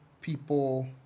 people